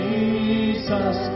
Jesus